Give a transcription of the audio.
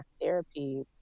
therapy